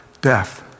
death